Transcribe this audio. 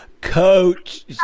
Coach